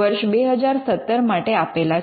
વર્ષ 2017 માટે આપેલા છે